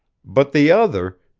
but the other.